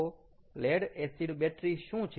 તો lead acid battery શું છે